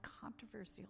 controversial